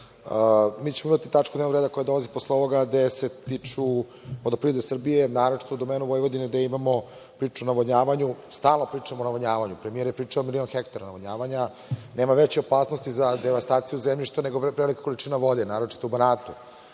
Mi ćemo imati tačku dnevnog reda koja dolazi posle ovoga gde se tiče vodoprivrede Srbije, naročito u domenu Vojvodine, gde imamo priču o navodnjavanju. Stalno pričamo o navodnjavanju. Premijer je pričao o milion hektara navodnjavanja. Nema veće opasnosti za devastaciju zemljišta, nego velika količina vode, naročito u Banatu. Ako